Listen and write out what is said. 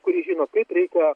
kuris žino kaip reikia